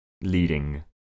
leading